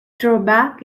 drawback